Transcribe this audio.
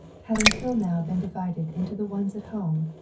had until now been divided into the ones at home,